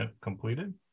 completed